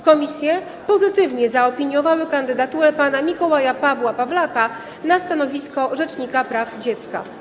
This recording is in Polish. Komisje pozytywnie zaopiniowały kandydaturę pana Mikołaja Pawła Pawlaka na stanowisko rzecznika praw dziecka.